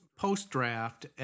post-draft